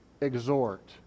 exhort